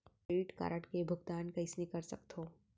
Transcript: Credit card के भुगतान कईसने कर सकथो?